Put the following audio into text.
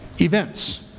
events